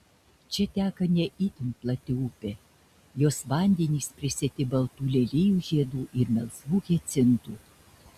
čia teka ne itin plati upė jos vandenys prisėti baltų lelijų žiedų ir melsvų hiacintų